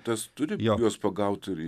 tas turi juos pagauti ir